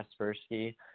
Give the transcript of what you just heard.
Kaspersky